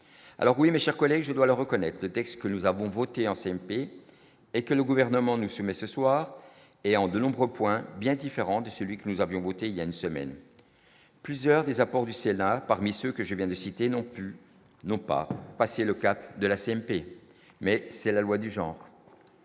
alors oui, mes chers collègues, je dois le reconnaître le texte que nous avons voté en CMP et que le gouvernement ne se mais ce soir, et en de nombreux points, bien différent de celui que nous avions voté il y a une semaine, plusieurs des apports du ciel parmi ceux que je viens de citer non plus n'ont pas passé le cap de la CMP, mais c'est la loi du genre,